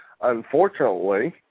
Unfortunately